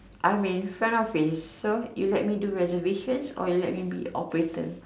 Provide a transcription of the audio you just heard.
I will front office so you let me do reservation or you let me be operator